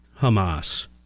Hamas